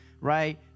right